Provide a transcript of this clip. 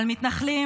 על מתנחלים,